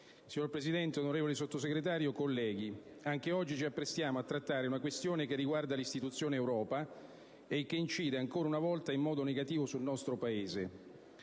Signor Presidente, onorevole Sottosegretario, colleghi, anche oggi ci apprestiamo a trattare una questione che riguarda l'istituzione Europa e che incide, ancora una volta, in modo negativo sul nostro Paese.